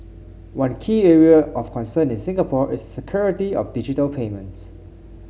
one key area of concern in Singapore is security of digital payments